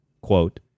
quote